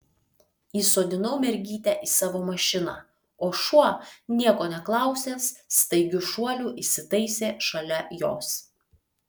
įsodinau mergytę į savo mašiną o šuo nieko neklausęs staigiu šuoliu įsitaisė šalia jos